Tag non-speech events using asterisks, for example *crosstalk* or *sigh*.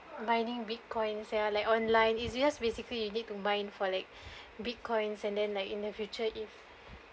mining Bitcoins they're like online you just basically you need mine for like *breath* Bitcoins and then like in the future if